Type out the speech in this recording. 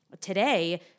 today